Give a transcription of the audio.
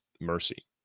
mercy